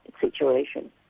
situation